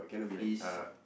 he's